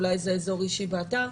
אולי זה אזור אישי באתר.